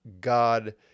God